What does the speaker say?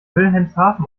wilhelmshaven